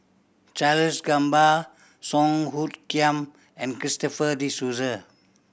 Charles Gamba Song Hoot Kiam and Christopher De Souza